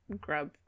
grub